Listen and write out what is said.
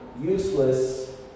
useless